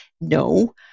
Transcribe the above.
No